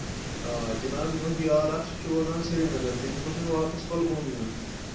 آ جِناب مےٚ اوس یار اَکھ سُہ چھُ روزان سری نگر تٔمِس اوس مےٚ واپَس کۄلگوم یُن